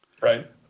Right